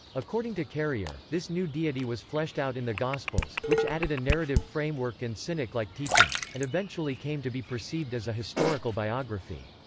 according to carrier, this new deity was fleshed out in the gospels, which added a narrative framework and cynic-like teachings, and eventually came to be perceived as a historical biography.